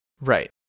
Right